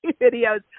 videos